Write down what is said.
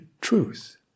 truth